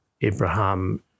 Abraham